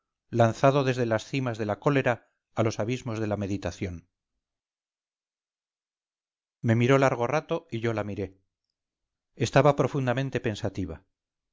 lanzado desde las cimas de la cólera a los abismos de la meditación me miró largo rato y yo la miré estaba profundamente pensativa